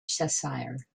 cheshire